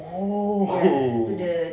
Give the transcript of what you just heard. oh [ho]